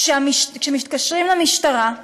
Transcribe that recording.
כשמתקשרים למשטרה,